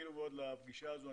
חיכינו מאוד לפגישה הזאת.